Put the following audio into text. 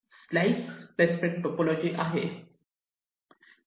slice placement topology आहे